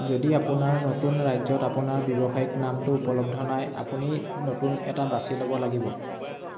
যদি আপোনাৰ নতুন ৰাজ্যত আপোনাৰ ব্যৱসায়িক নামটো উপলব্ধ নাই আপুনি নতুন এটা বাছি ল'ব লাগিব